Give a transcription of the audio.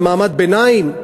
על מעמד ביניים?